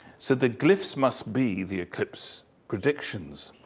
so, the glyphs must be the eclipse predictions.